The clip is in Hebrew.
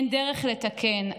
אין דרך לתקן,